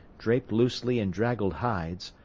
draped loosely in draggled hides,